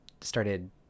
started